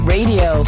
Radio